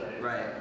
Right